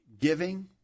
giving